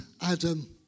Adam